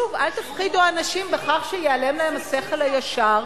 ושוב, אל תפחידו אנשים בכך שייעלם להם השכל הישר,